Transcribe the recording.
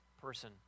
person